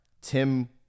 Tim